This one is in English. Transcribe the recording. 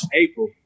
April